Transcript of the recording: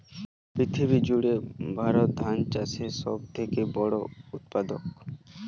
পৃথিবী জুড়ে ভারত ধান চাষের সব থেকে বড় উৎপাদক